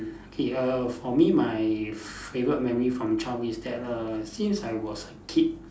K err for me my favourite memory from childhood is that err since I was a kid